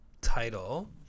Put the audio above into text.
title